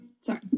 Sorry